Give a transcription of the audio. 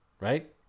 Right